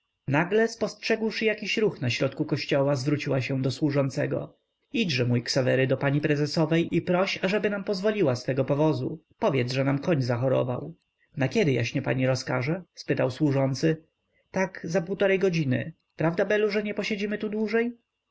nagle spostrzegłszy jakiś ruch na środku kościoła zwróciła się do służącego idźże mój ksawery do pani prezesowej i proś ażeby nam pozwoliła swego powozu powiedz że nam koń zachorował na kiedy jaśnie pani rozkaże spytał służący tak za półtory godziny prawda belu że nie posiedziemy tu dłużej